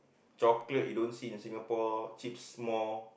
chocolate you don't see in Singapore Chipsmore